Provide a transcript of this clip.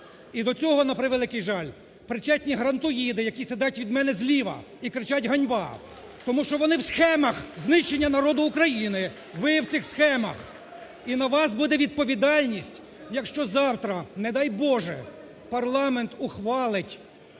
І до нього, на превеликий жаль, причетні "грантоїди", які сидять від мене зліва і кричать "ганьба", тому що вони в схемах знищення народу України. Ви в цих схемах і на вас буде відповідальність, якщо завтра, не дай Боже, парламент ухвалить